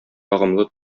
ягымлы